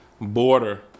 border